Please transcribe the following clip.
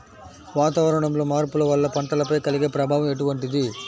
వాతావరణంలో మార్పుల వల్ల పంటలపై కలిగే ప్రభావం ఎటువంటిది?